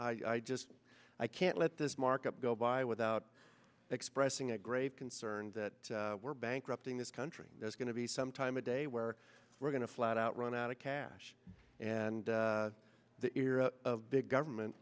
and i just i can't let this market go by without expressing a grave concern that we're bankrupting this country that's going to be some time a day where we're going to flat out run out of cash and the era of big government